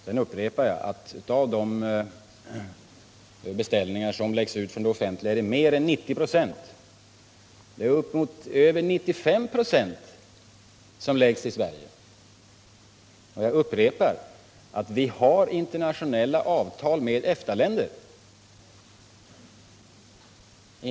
Sedan upprepar jag att av de beställningar som görs från det offentliga läggs över 95 96 i Sverige. Jag upprepar också att vi har internationella avtal med EFTA-länder.